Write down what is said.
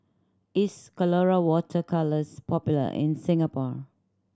is Colora Water Colours popular in Singapore